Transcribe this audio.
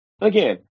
again